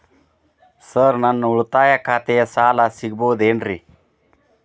Sir ನನ್ನ ಉಳಿತಾಯ ಖಾತೆಯ ಸಾಲ ಸಿಗಬಹುದೇನ್ರಿ?